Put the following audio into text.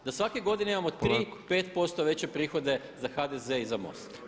Da svake godine imamo 3, 5% veće prihode za HDZ i za MOST.